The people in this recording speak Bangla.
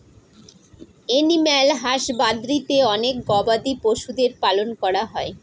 এনিম্যাল হাসবাদরীতে অনেক গবাদি পশুদের পালন করা হয়